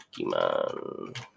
pokemon